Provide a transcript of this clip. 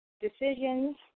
decisions